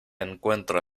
encuentra